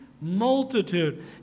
multitude